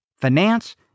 finance